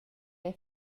era